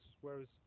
whereas